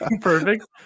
Perfect